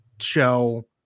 show